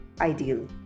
ideal